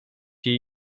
jej